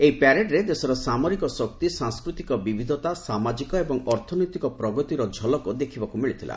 ଏହି ପ୍ୟାରେଡ୍ରେ ଦେଶର ସାମରିକ ଶକ୍ତି ସାଂସ୍କୃତିକ ବିବିଧତା ସାମାଜିକ ଏବଂ ଅର୍ଥନୈତିକ ପ୍ରଗତିର ଝଲକ ଦେଖିବାକୁ ମିଳିଥିଲା